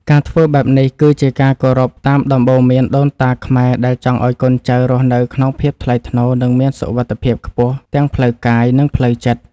ការធ្វើបែបនេះ គឺជាការគោរពតាមដំបូន្មានដូនតាខ្មែរដែលចង់ឱ្យកូនចៅរស់នៅក្នុងភាពថ្លៃថ្នូរ និងមានសុវត្ថិភាពខ្ពស់ទាំងផ្លូវកាយ និងផ្លូវចិត្ត។